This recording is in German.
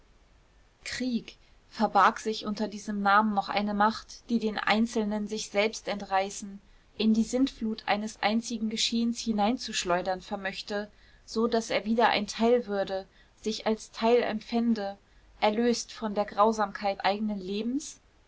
krieg verbarg sich unter diesem namen noch eine macht die den einzelnen sich selbst entreißen in die sintflut eines einzigen geschehens hineinzuschleudern vermöchte so daß er wieder ein teil würde sich als teil empfände erlöst von der grausamkeit eigenen lebens